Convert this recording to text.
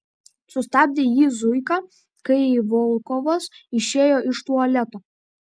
sustabdė jį zuika kai volkovas išėjo iš tualeto